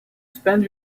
spend